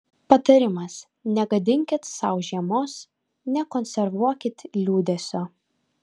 patarimas negadinkit sau žiemos nekonservuokit liūdesio